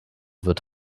wird